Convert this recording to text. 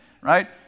right